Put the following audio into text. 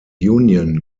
union